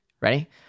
Ready